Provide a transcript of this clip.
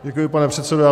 Děkuji, pane předsedo.